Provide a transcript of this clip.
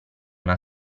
una